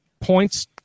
points